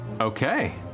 Okay